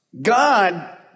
God